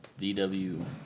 VW